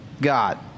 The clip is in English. God